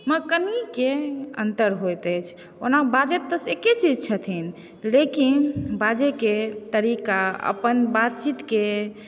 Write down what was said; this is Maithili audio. मे कनिके अन्तर होइत अछि ओना बाजैत तऽ एके चीज़ छथिन लेकिन बाजयके तरीक़ा अपन बातचीतके तरीक़ा